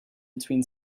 between